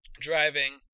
driving